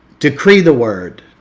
decree the word,